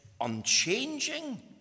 unchanging